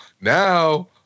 Now